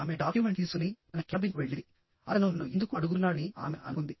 ఆమె డాక్యుమెంట్ తీసుకొని తన క్యాబిన్కు వెళ్లింది అతను నన్ను ఎందుకు అడుగుతున్నాడని ఆమె అనుకుంది